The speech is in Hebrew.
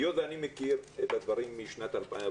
היות ואני מכיר את הדברים משנת 2003,